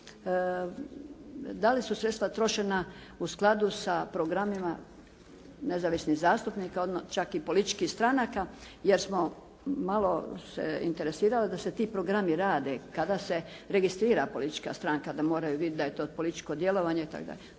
da li su sredstva trošena u skladu sa programima nezavisnih zastupnika čak i političkih stranaka, jer smo malo se interesirali da se ti programi rade kada se registrira politička stranka da moraju vidjeti da je to političko djelovanje itd.